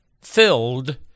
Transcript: filled